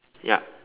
yup